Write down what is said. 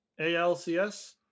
ALCS